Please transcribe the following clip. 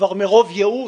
כבר מרוב יאוש,